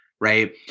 right